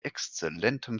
exzellentem